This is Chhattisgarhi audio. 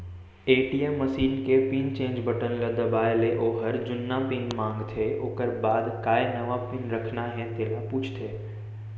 ए.टी.एम मसीन के पिन चेंज बटन ल दबाए ले ओहर जुन्ना पिन मांगथे ओकर बाद काय नवा पिन रखना हे तेला पूछथे